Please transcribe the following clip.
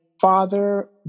father